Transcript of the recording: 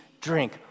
drink